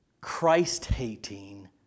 Christ-hating